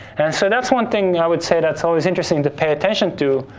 and so, that's one thing i would say that's always interesting to pay attention to.